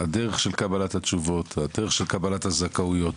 הדרך של קבלת התשובות והדרך של קבלת הזכאויות,